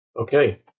Okay